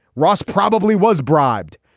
ross probably was bribed.